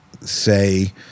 say